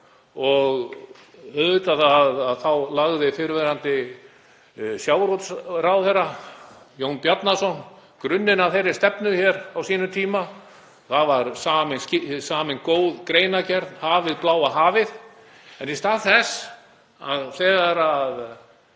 og auðvitað lagði fyrrverandi sjávarútvegsráðherra, Jón Bjarnason, grunninn að þeirri stefnu á sínum tíma. Það var samin góð greinargerð, Hafið, bláa hafið. En í stað þess, þegar